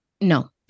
No